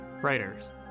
Writers